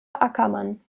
ackermann